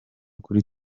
kuri